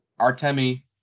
Artemi